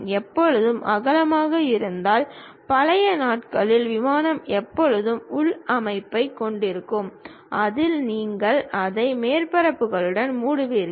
எப்போதும் அகமாக இருப்பதால் பழைய நாட்களின் விமானம் எப்போதும் உள் அமைப்பைக் கொண்டிருக்கும் அதில் நீங்கள் அதை மேற்பரப்புகளுடன் மூடுவீர்கள்